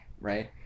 right